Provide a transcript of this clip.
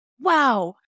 wow